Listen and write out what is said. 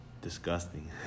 Disgusting